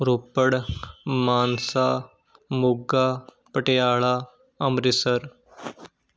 Ropar Mansa Moga Patiala Amritsar